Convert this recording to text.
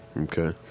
Okay